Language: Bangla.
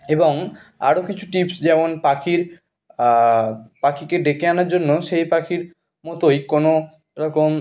এবং আরো কিছু টিপস যেমন পাখির পাখিকে ডেকে আনার জন্য সেই পাখির মতোই কোনো এরকম